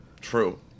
True